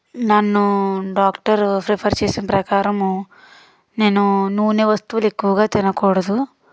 నన్ను doctor prefer చేసిన ప్రకారము నేను నూనె వస్తువులు ఎక్కువగా తినకూడదు